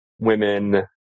women